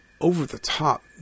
over-the-top